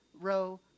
Row